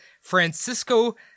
Francisco